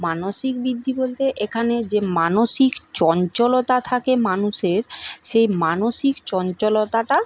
মানসিক বৃদ্ধি বলতে এখানে যে মানসিক চঞ্চলতা থাকে মানুষের সেই মানসিক চঞ্চলতাটা